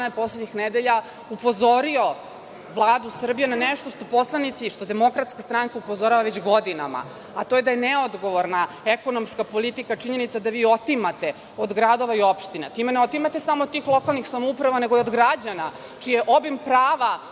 poslednjih nedelja upozorio Vladu Srbije na nešto što poslanici, što DS upozorava već godinama, a to je da je neodgovorna ekonomska politika činjenica da vi otimate od gradova i opština i time ne otimate samo tih lokalnih samouprava, nego i od građana čiji je obim prava